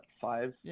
five